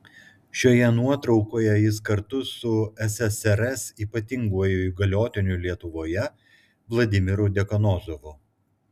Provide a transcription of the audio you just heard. šioje nuotraukoje jis kartu su ssrs ypatinguoju įgaliotiniu lietuvoje vladimiru dekanozovu